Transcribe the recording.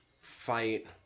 fight